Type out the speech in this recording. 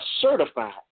certified